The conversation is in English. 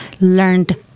learned